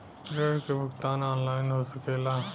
ऋण के भुगतान ऑनलाइन हो सकेला?